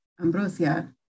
Ambrosia